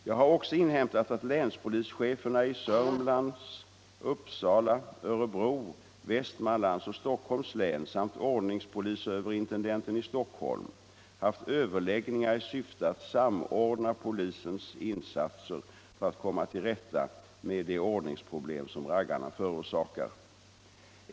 Jag har också inhämtat att länspolischeferna i Södermanlands, Uppsala, Örebro, Västmanlands och Stockholms län samt ordningspolisöverintendenten i Stockholm haft överläggningar i syfte att samordna polisens insatser för att komma till rätta med de ordningsproblem som raggarna förorsakar.